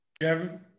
Kevin